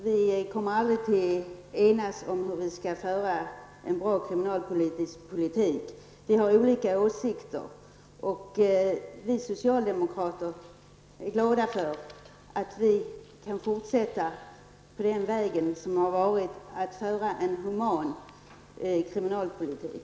Herr talman! Nej, Jerry Martinger, vi kommer aldrig att kunna enas om hur vi skall kunna föra en bra kriminalpolitik. Vi har olika åsikter. Vi socialdemokrater är glada för att vi kan fortsätta på vägen att föra en human kriminalpolitik.